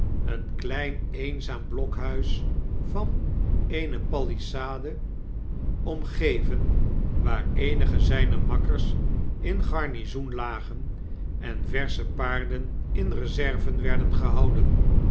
een klein eenzaam blokhuis van eene palissade omgeven waar eenige zijner makkers in garnizoen lagen en verscne paarden in reserve werden gehouden